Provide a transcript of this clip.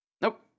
Nope